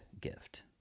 gift